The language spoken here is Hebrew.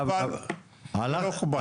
לא כובד.